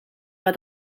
bat